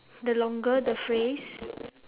the longer the phrase